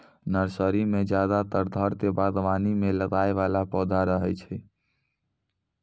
nursery मॅ ज्यादातर घर के बागवानी मॅ लगाय वाला पौधा रहै छै